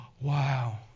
wow